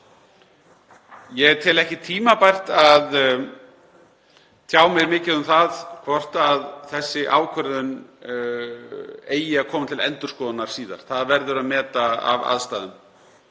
Ég tel ekki tímabært að tjá mig mikið um það hvort þessi ákvörðun eigi að koma til endurskoðunar síðar. Það verður að meta af aðstæðum.